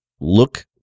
look